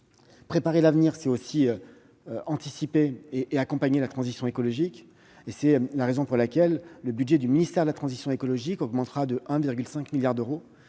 Préparer l'avenir, c'est aussi anticiper et accompagner la transition écologique. À cette fin, le budget du ministère de la transition écologique augmentera de 1,5 milliard d'euros,